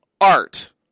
art